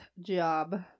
job